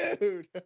Dude